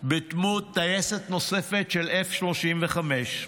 בדמות טייסת נוספת של F-35,